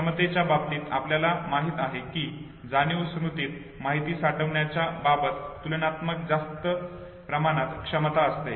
क्षमतेच्या बाबतीत आपल्याला माहित आहे की जाणीव स्मृतीत माहिती साठवण्याच्या बाबत तुलनात्मक जास्त प्रमाणात क्षमता असते